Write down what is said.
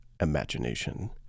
imagination